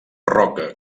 roca